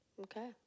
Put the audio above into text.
Okay